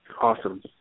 Awesome